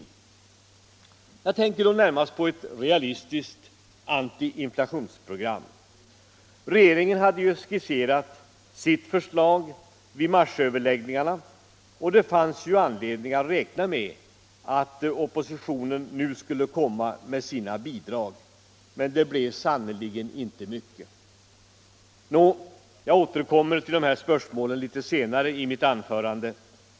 Jag tänker då närmast på ett realistiskt antiinflationsprogram. Regeringen hade ju skisserat sitt vid marsöverläggningarna, och det fanns nu anledning att räkna med att oppositionen skulle komma med sina bidrag. Nå, jag återkommer till de här spörsmålen litet senare i mitt anförande.